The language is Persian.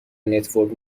نتورک